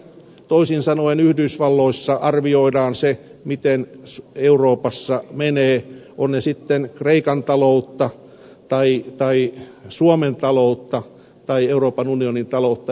toisin sanoen yhdysvalloissa arvioidaan se miten euroopassa menee on se sitten kreikan taloutta tai suomen taloutta tai euroopan unionin taloutta yleensäkin